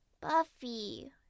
Buffy